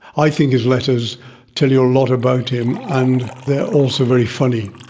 i think his letters tell you a lot about him and they are also very funny.